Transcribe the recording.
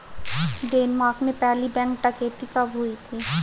Denmark में पहली bank डकैती कब हुई थी?